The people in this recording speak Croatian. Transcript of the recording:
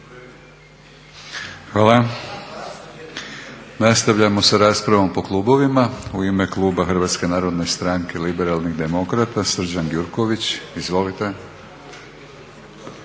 Hvala. Nastavljamo sa raspravom po klubovima. U ime kluba Hrvatske narodne stranke liberalnih demokrata Srđan Gjurković. Izvolite.